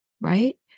Right